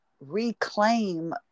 reclaim